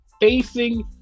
facing